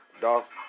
Dolph